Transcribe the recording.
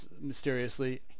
mysteriously